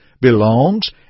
belongs